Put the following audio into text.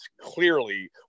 clearly